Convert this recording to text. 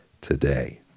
today